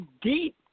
deep